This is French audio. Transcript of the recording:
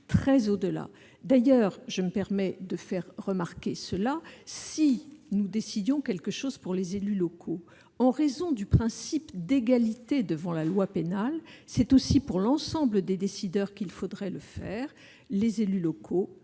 très au-delà. D'ailleurs, je me permets de faire remarquer ceci : si nous décidions quelque chose pour les élus locaux, en raison du principe d'égalité devant la loi pénale, c'est aussi pour l'ensemble des décideurs qu'il faudrait le faire, à savoir les élus locaux,